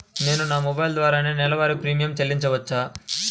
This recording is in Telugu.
నేను నా మొబైల్ ద్వారా నెలవారీ ప్రీమియం చెల్లించవచ్చా?